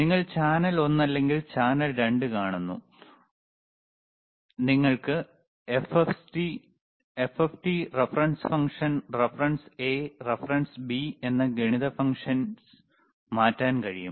നിങ്ങൾ ചാനൽ ഒന്ന് അല്ലെങ്കിൽ ചാനൽ 2 കാണുന്നു നിങ്ങൾക്ക് FFT reference function reference A reference B എന്ന ഗണിത ഫംഗ്ഷൻസ് മാറ്റാൻ കഴിയും